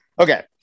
Okay